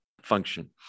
function